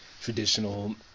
traditional